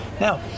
Now